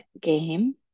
game